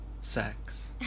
sex